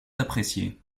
appréciée